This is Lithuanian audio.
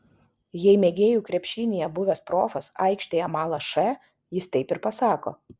jei mėgėjų krepšinyje buvęs profas aikštėje mala š jis taip ir pasako